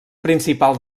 principal